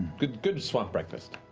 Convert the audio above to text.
good good swamp breakfast.